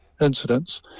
incidents –